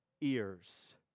ears